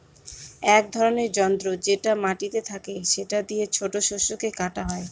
এক ধরনের যন্ত্র যেটা মাটিতে থাকে সেটা দিয়ে ছোট শস্যকে কাটা হয়